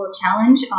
challenge